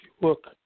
look